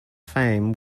fame